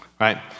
right